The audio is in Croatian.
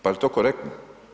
Pa jel to korektno?